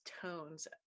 tones